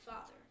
father